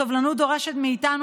הסובלנות דורשת מאיתנו,